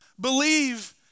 Believe